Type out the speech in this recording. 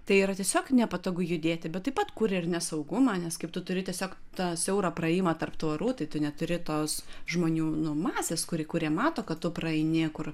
tai yra tiesiog nepatogu judėti bet taip pat kuria ir nesaugumą nes kaip tu turi tiesiog tą siaurą praėjimą tarp tvorų tai tu neturi tos žmonių nu masės kuri kurie mato kad tu praeini kur